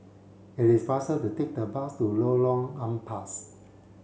it is faster to take the bus to Lorong Ampas